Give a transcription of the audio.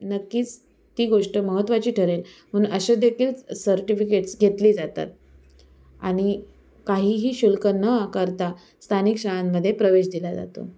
नक्कीच ती गोष्ट महत्त्वाची ठरेल म्हणून अशा देखील सर्टिफिकेटस् घेतली जातात आणि काहीही शुल्क न आकारता स्थानिक शाळांमध्ये प्रवेश दिला जातो